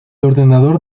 ordenador